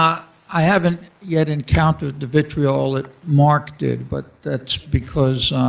um i haven't yet encountered the vitriol that mark did, but that's because